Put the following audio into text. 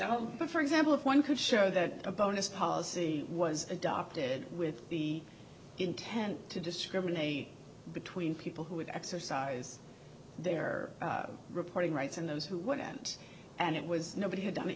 but for example one could show that a bonus policy was adopted with the intent to discriminate between people who would exercise their reporting rights and those who wouldn't and it was nobody had done it